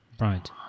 Right